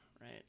right